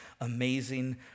amazing